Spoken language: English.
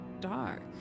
dark